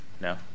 No